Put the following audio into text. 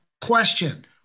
Question